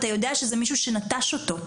אתה יודע שזה מישהו שנטש אותו.